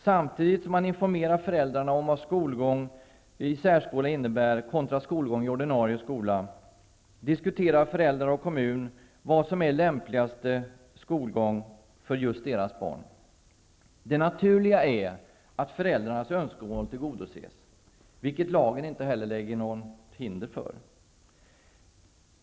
Samtidigt som man informerar föräldrarna om vad skolgång i särskola kontra skolgång i ordinarie skola innebär diskuterar föräldrar och kommun vad som är lämpligaste skolgång för just deras barn. Det naturliga är att föräldrarnas önskemål tillgodoses, vilket lagen inte heller reser några hinder för.